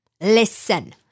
Listen